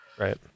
right